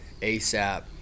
ASAP